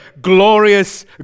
glorious